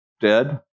dead